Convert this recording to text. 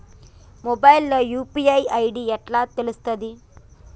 Mobile లో UPI ID ఎట్లా తెలుస్తది?